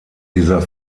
dieser